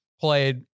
Played